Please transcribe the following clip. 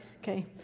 okay